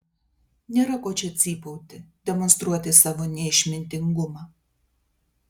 nėra ko čia cypauti demonstruoti savo neišmintingumą